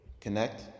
Connect